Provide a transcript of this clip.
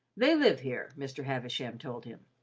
they live here, mr. havisham told him.